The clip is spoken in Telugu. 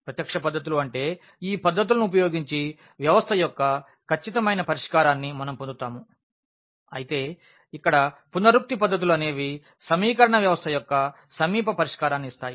ప్రత్యక్ష పద్ధతులు అంటే ఈ పద్ధతులను ఉపయోగించి వ్యవస్థ యొక్క ఖచ్చితమైన పరిష్కారాన్ని మనము పొందుతాము అయితే ఇక్కడ పునరుక్తి పద్ధతులు అనేవి సమీకరణ వ్యవస్థ యొక్క సమీప పరిష్కారాన్ని ఇస్తాయి